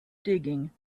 digging